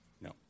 No